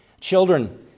Children